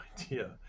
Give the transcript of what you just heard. idea